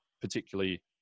particularly